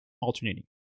alternating